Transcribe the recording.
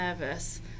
nervous